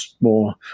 more